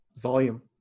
volume